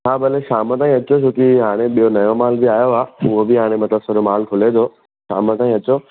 हा भले शाम ताईं अचो छोकी हाणे ॿियो नओं माल बि आयो आहे उहो बि हाणे मतलबु सॼो माल खुले पियो शाम ताईं अचो